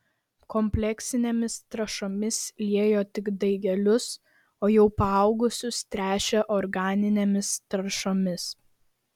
kompleksinėmis trąšomis liejo tik daigelius o jau paaugusius tręšė organinėmis trąšomis